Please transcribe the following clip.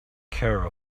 care